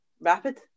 rapid